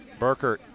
Burkert